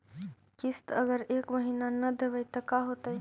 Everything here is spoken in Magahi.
किस्त अगर एक महीना न देबै त का होतै?